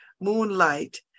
moonlight